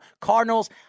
Cardinals